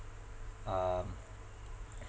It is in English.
um